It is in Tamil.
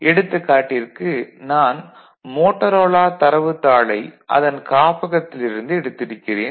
எடுத்துக்காட்டிற்கு நான் மோடோரோலா தரவுத் தாளை அதன் காப்பகத்திலிருந்து எடுத்திருக்கிறேன்